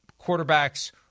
quarterbacks